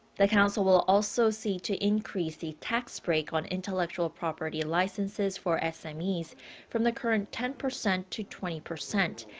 the council will also seek to increase the tax break on intellectual property licenses for smes i mean from the current ten percent to twenty percent.